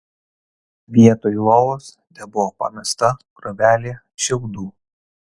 vietoj lovos tebuvo pamesta krūvelė šiaudų